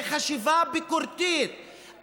זה חשיבה ביקורתית.